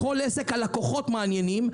בכל עסק, הלקוחות הם אלה שמעניינים.